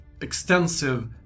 extensive